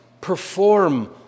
perform